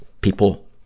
People